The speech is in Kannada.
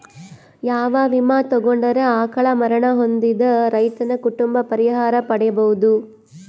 ಯಾವ ವಿಮಾ ತೊಗೊಂಡರ ಅಕಾಲ ಮರಣ ಹೊಂದಿದ ರೈತನ ಕುಟುಂಬ ಪರಿಹಾರ ಪಡಿಬಹುದು?